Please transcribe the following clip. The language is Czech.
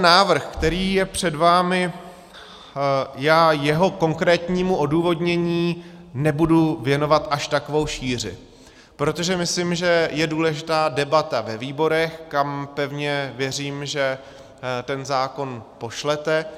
Návrh, který je před vámi, já jeho konkrétnímu odůvodnění nebudu věnovat až takovou šíři, protože myslím, že je důležitá debata ve výborech, kam pevně věřím, že ten zákon pošlete.